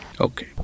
Okay